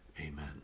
Amen